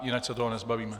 Jinak se toho nezbavíme.